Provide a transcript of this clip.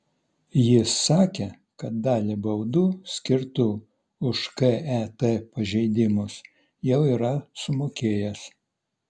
jis sakė kad dalį baudų skirtų už ket pažeidimus jau yra sumokėjęs